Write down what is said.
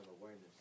awareness